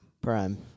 Prime